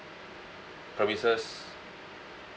premises